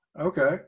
okay